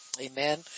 amen